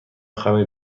خمیر